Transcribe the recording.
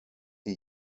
die